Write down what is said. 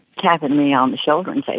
tapping me on the shoulder and saying,